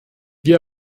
wir